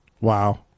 Wow